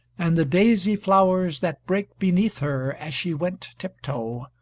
and the daisy flowers that brake beneath her as she went tip toe,